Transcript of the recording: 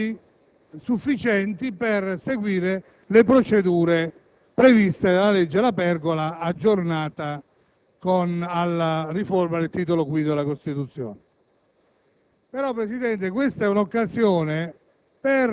e quando naturalmente vi erano tutti i tempi sufficienti per seguire le procedure previste dalla legge La Pergola aggiornata alla riforma del Titolo V della Costituzione.